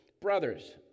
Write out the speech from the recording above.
brothers